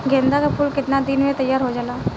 गेंदा के फूल केतना दिन में तइयार हो जाला?